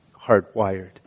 hardwired